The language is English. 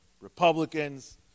Republicans